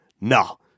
No